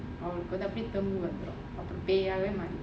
you gonna become would of the are really mind